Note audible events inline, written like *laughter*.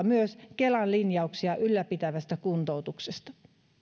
*unintelligible* myös kelan linjauksia ylläpitävästä kuntoutuksesta